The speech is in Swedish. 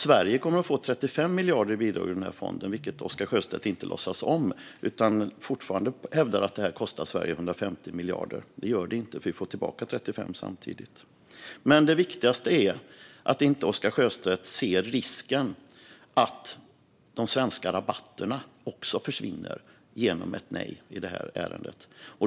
Sverige kommer att få 35 miljarder i bidrag ur fonden, vilket Oscar Sjöstedt inte låtsas om. Han hävdar fortfarande att detta kostar Sverige 150 miljarder. Det gör det inte, för vi får samtidigt tillbaka 35 miljarder. Men det viktigaste är att Oscar Sjöstedt inte ser risken för att de svenska rabatterna också försvinner genom ett nej i detta ärende.